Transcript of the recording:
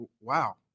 Wow